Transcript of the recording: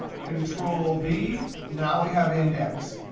control v now we have index.